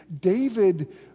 David